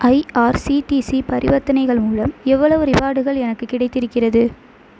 IRCTC பரிவர்த்தனைகள் மூலம் எவ்வளவு ரிவார்டுகள் எனக்குக் கிடைத்திருக்கிறது